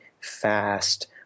fast